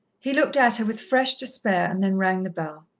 he looked at her with fresh despair and then rang the bell.